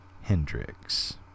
Hendrix